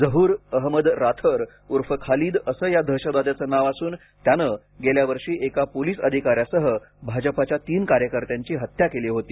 झहूर अहमद राथर उर्फ खालिद असं या दहशतवाद्याचं नाव असून त्यानं गेल्या वर्षी एका पोलीस अधिकाऱ्यासह भाजपाच्या तीन कार्यकर्त्यांची हत्या केली होती